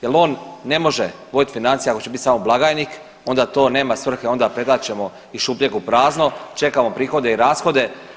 Jel on ne može voditi financije ako će biti samo blagajnik, onda to nema svrhe, onda pretačemo iz šupljeg u prazno, čekamo prihode i rashode.